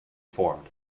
formed